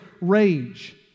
Rage